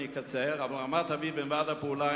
אני אקצר: "אבל רמת-אביב עם 'ועד הפעולה'